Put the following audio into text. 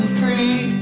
free